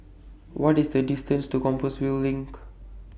What IS The distance to Compassvale LINK